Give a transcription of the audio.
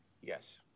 Yes